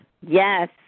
yes